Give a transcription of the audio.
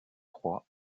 trois